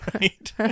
Right